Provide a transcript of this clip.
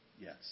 Yes